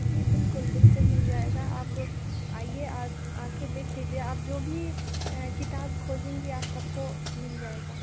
जी बिल्कुल बिल्कुल मिल जाएगा आप आइए आप आ कर देख लीजिए आप जो भी किताब खोजेंगे आप सब को मिल जाएगा